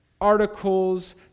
articles